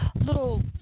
little